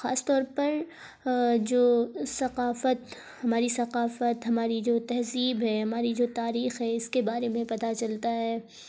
خاص طور پر جو ثقافت ہماری ثقافت ہماری جو تہذیب ہے ہماری جو تاریخ ہے اس کے بارے میں پتہ چلتا ہے